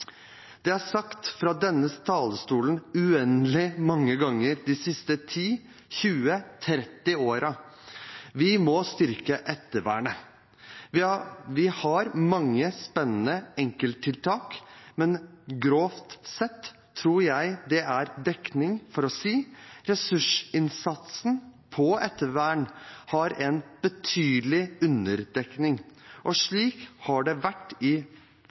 Det er sagt fra denne talerstolen uendelig mange ganger de siste 10, 20, 30 årene at vi må styrke ettervernet. Vi har mange spennende enkelttiltak, men grovt sett tror jeg det er dekning for å si: Ressursinnsatsen på ettervern har en betydelig underdekning, og slik har det vært i